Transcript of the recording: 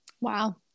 Wow